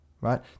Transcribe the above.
right